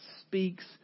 speaks